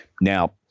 Now